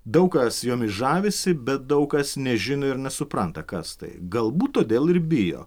daug kas jomis žavisi bet daug kas nežino ir nesupranta kas tai galbūt todėl ir bijo